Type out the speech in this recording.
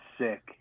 sick